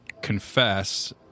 confess